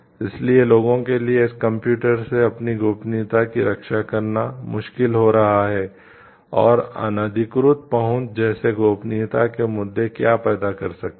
इसलिए लोगों के लिए इस कंप्यूटर से अपनी गोपनीयता की रक्षा करना मुश्किल हो रहा है और अनधिकृत पहुंच जैसे गोपनीयता के मुद्दे क्या पैदा कर सकते हैं